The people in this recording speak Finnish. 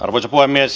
arvoisa puhemies